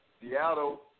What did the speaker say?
Seattle